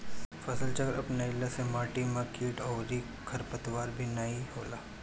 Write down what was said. फसलचक्र अपनईला से माटी में किट अउरी खरपतवार भी नाई होला